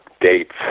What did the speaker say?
dates